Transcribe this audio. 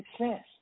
success